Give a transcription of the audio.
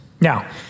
Now